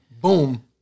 Boom